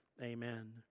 Amen